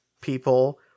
people